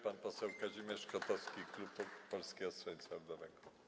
Pan poseł Kazimierz Kotowski, klub Polskiego Stronnictwa Ludowego.